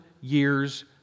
years